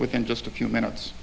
within just a few minutes